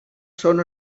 són